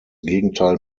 gegenteil